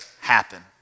happen